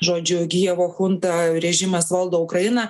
žodžiu kijevo chunta režimas valdo ukrainą